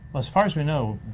as far as we know,